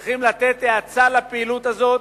צריך לתת האצה לפעילות הזאת